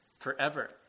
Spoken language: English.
Forever